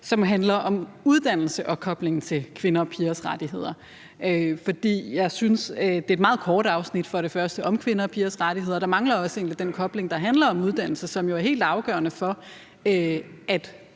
det handler om uddannelse og koblingen til kvinder og pigers rettigheder. For jeg synes, at det for det første er et meget kort afsnit om kvinder og pigers rettigheder. Og der mangler egentlig også den kobling, der handler om uddannelse, som jo er helt afgørende for, at